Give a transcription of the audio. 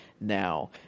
now